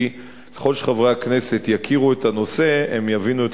כי ככל שחברי הכנסת יכירו את הנושא הם יבינו את